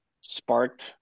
sparked